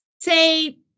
say